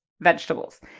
vegetables